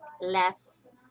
less